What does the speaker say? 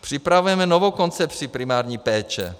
Připravujeme novou koncepci primární péče.